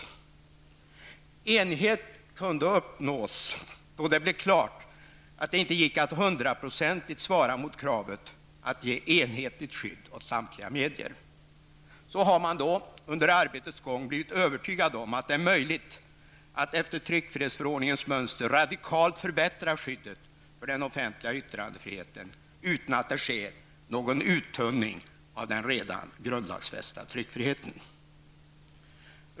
Enighet kunde uppnås då det blev klart att det inte gick att hundraprocentigt svara mot kravet att ge enhetligt skydd åt samtliga medier. Så har man under arbetets gång blivit övertygad om att det är möjligt att efter tryckfrihetsförordningens mönster radikalt förbättra skyddet för den offentliga yttrandefriheten, utan att det sker någon uttunning av den redan grundlagsfästa tryckfriheten.